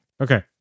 Okay